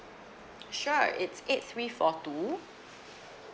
sure it's eight three four two